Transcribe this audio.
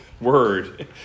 word